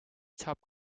top